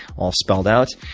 all spelled out.